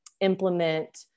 implement